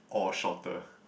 or shorter